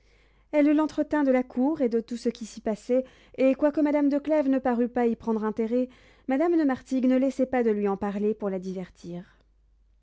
elle l'entretint de la cour et de tout ce qui s'y passait et quoique madame de clèves ne parût pas y prendre intérêt madame de martigues ne laissait pas de lui en parler pour la divertir